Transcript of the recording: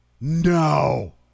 No